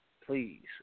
Please